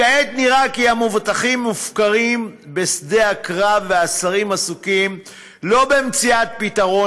כעת נראה כי המבוטחים מופקרים בשדה הקרב והשרים עסוקים לא במציאת פתרון,